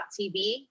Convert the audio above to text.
TV